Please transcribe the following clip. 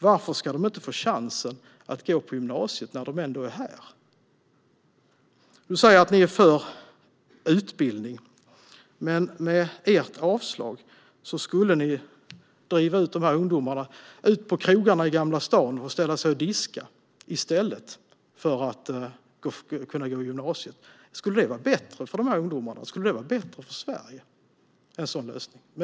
Varför ska de inte få chansen att gå på gymnasiet när de ändå är här? Du säger att ni är för utbildning. Men med ert avslag skulle ni driva ut de här ungdomarna på krogarna i Gamla stan för att ställa sig och diska i stället för att gå på gymnasiet. Skulle det vara bättre för dem? Skulle det vara bättre för Sverige med en sådan lösning?